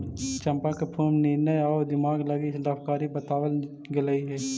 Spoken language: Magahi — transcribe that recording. चंपा के फूल निर्णय आउ दिमाग लागी लाभकारी बतलाबल गेलई हे